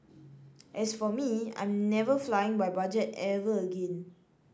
as for me I'm never flying by budget ever again